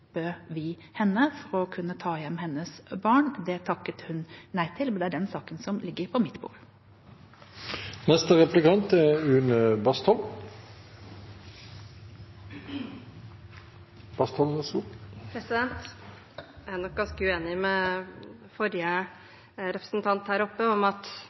tilbød vi henne for å kunne ta hjem hennes barn. Det takket hun nei til. Det er den saken som ligger på mitt bord. Jeg er nok ganske uenig med forrige representant om at